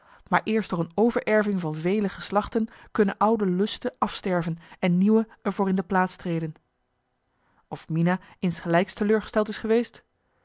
maar eerst door een overerving van vele geslachten kunnen oude lusten afsterven en nieuwe er voor in de plaats treden of mina insgelijks teleurgesteld is geweest